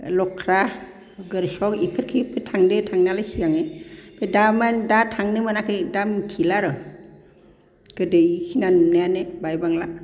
लख्रा गरचुक बेफोरखैबो थांदों थांनायालाय सिगाङाव ओमफ्राय दा थांनो मोनाखै दा मिथिलार' गोदो बेखिनियानो नुनायानो बायबांला